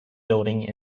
building